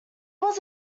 was